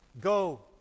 Go